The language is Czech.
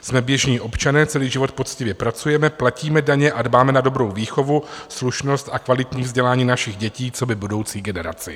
Jsme běžní občané, celý život poctivě pracujeme, platíme daně a dbáme na dobrou výchovu, slušnost a kvalitní vzdělání našich dětí coby budoucí generaci.